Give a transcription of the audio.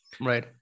right